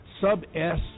sub-S